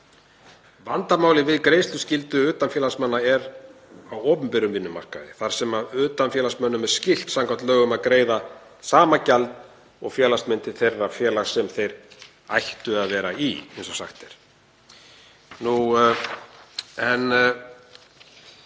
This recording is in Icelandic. Vandamálið við greiðsluskyldu utanfélagsmanna er á opinberum vinnumarkaði þar sem utanfélagsmönnum er skylt samkvæmt lögum að greiða sama gjald og félagsmenn til þeirra félaga sem þeir ættu að vera í, eins og sagt er. Að lokum